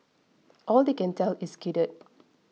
all they can tell is skidded